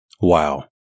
Wow